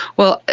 well,